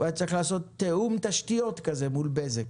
הוא היה צריך לעשות תיאום תשתיות כזה מול בזק.